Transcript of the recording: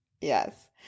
Yes